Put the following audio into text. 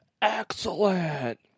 Excellent